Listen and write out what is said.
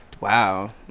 Wow